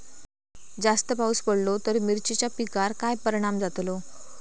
जास्त पाऊस पडलो तर मिरचीच्या पिकार काय परणाम जतालो?